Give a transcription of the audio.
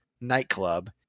nightclub